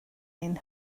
ein